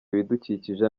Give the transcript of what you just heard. ibidukikije